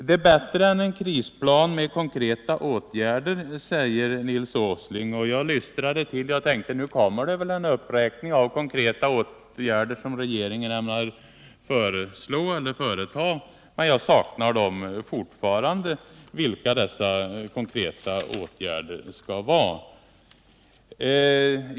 Det är bättre med konkreta åtgärder än med en krisplan, säger emellertid Nils Åsling. Jag lyssnade på detta och tänkte, att nu kommer det väl en uppräkning av konkreta åtgärder som regeringen ämnar föreslå eller företa, men jag saknar fortfarande exempel på sådana konkreta åtgärder.